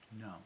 No